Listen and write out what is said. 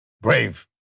brave